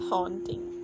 Haunting